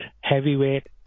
heavyweight